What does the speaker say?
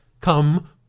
come